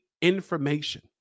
Information